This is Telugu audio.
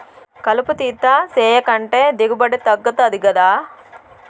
కలుపు తీత సేయకంటే దిగుబడి తగ్గుతది గదా